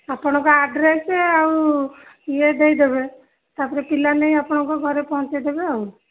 ଆପଣଙ୍କ ଆଡ଼୍ରେସ୍ ଆଉ ଇଏ ଦେଇଦେବେ ତାପରେ ପିଲା ନେଇ ଆପଣଙ୍କ ଘରେ ପହଞ୍ଚାଇ ଦେବେ ଆଉ